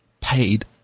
paid